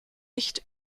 nicht